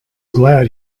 glad